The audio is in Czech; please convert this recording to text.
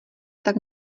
tak